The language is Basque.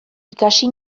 ikasi